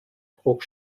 bruch